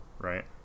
right